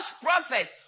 prophet